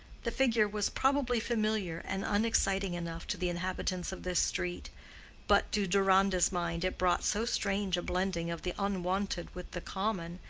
the figure was probably familiar and unexciting enough to the inhabitants of this street but to deronda's mind it brought so strange a blending of the unwonted with the common,